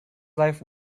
life